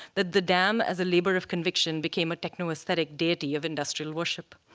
that the dam, as a labor of conviction, became a techno-aesthetic deity of industrial worship.